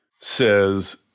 says